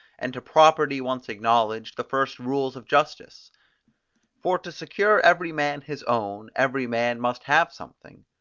and to property once acknowledged, the first rules of justice for to secure every man his own, every man must have something.